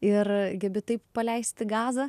ir gebi taip paleisti gazą